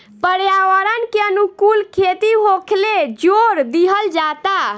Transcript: पर्यावरण के अनुकूल खेती होखेल जोर दिहल जाता